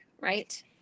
right